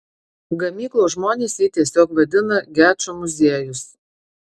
gamyklos žmonės jį tiesiog vadina gečo muziejus